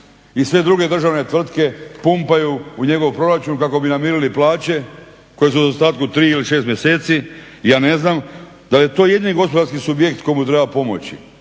i sve druge državne tvrtke pumpaju u njegov proračun kako bi namirili plaće koje su u zaostatku 3 ili 6 mjeseci. Ja ne znam da li je to jedini gospodarski subjekt kojemu treba pomoći